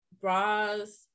bras